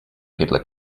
peddler